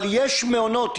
אבל יש מעונות,